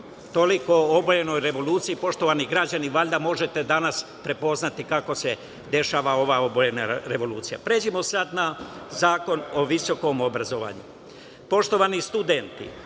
o obojenoj revoluciji, poštovani građani valjda možete danas prepoznati kako se dešava ova obojena revolucija. Pređimo sada na Zakon o visokom obrazovanju. Poštovani studenti,